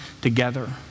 together